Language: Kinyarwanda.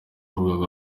rwego